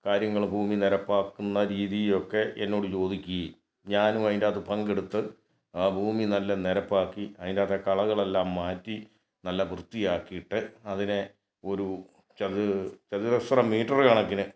കാര്യങ്ങൾ ഭൂമി നെരപ്പാക്കുന്ന രീതിയൊക്കെ എന്നോട് ചോദിക്കുകയും ഞാനും അതിന്റകത്ത് പങ്കെടുത്ത് ആ ഭൂമി നല്ല നിരപ്പാക്കി അതിനകത്തെ കളകളെല്ലാം മാറ്റി നല്ല വൃത്തിയാക്കിയിട്ട് അതിനെ ഒരു ചതു ചതുരശ്ര മീറ്ററ് കണക്കിന്